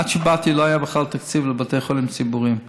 עד שבאתי לא היה בכלל תקציב לבתי חולים ציבוריים.